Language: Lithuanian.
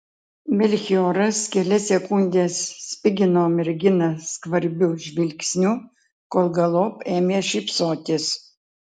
melchioras kelias sekundes spigino merginą skvarbiu žvilgsniu kol galop ėmė šypsotis